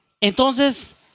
Entonces